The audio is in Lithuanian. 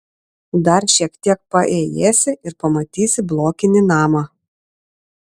dar šiek tiek paėjėsi ir pamatysi blokinį namą